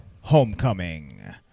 Homecoming